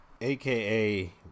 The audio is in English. aka